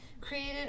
created